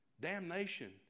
damnation